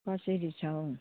कसरी छ हौ